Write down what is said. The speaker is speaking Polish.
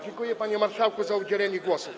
Dziękuję, panie marszałku, za udzielenie głosu.